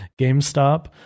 GameStop